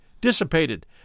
dissipated